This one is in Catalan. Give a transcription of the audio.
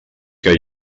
que